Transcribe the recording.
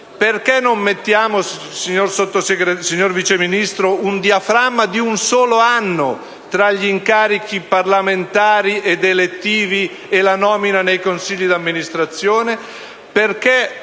perché non mettiamo, signor Vice Ministro, un diaframma di un solo anno tra gli incarichi parlamentari ed elettivi e la nomina nei consigli di amministrazione?